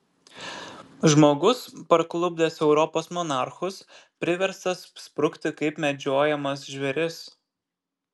žmogus parklupdęs europos monarchus priverstas sprukti kaip medžiojamas žvėris